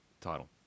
Title